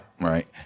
Right